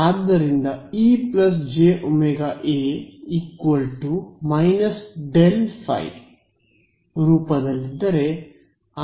ಆದ್ದರಿಂದ E jωA − ∇φ phi ರೂಪದಲ್ಲಿದ್ದರೆ